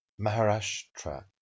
Maharashtra